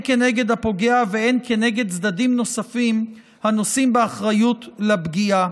כנגד הפוגע והן כנגד צדדים נוספים הנושאים באחריות לפגיעה.